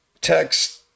text